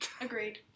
Agreed